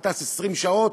וטס 20 שעות